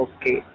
Okay